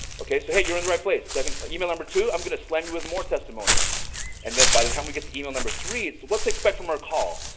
okay, so hey, you're in the right place. email number two. i'm gonna slam you with more testimonials and then by the time we get to email number three. it's what to expect from our call.